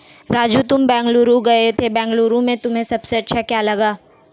राजू तुम बेंगलुरु गए थे बेंगलुरु में तुम्हें सबसे अच्छा क्या लगा?